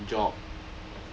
job